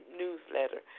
newsletter